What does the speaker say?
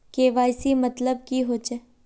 KYC मतलब की होचए?